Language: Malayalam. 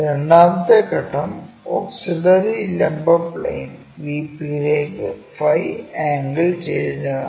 രണ്ടാമത്തെ ഘട്ടം ഓക്സിലറി ലംബ പ്ലെയിൻ VP യിലേക്ക് 𝝫 ആംഗിൾ ചെരിഞ്ഞതാണ്